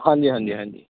ਹਾਂਜੀ ਹਾਂਜੀ ਹਾਂਜੀ